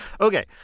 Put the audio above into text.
okay